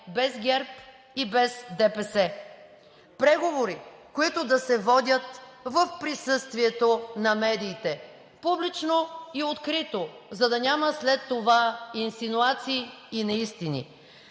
без ГЕРБ и без ДПС. Преговори, които да се водят в присъствието на медиите – публично и открито, за да няма след това инсинуации и неистини.